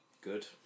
good